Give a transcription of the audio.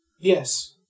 Yes